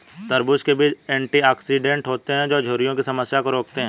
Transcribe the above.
तरबूज़ के बीज एंटीऑक्सीडेंट होते है जो झुर्रियों की समस्या को रोकते है